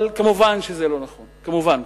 אבל מובן שזה לא נכון, כמובן.